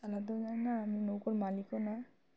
চালাতেও জানি না আমি নৌকোর মালিকও না